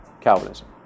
Calvinism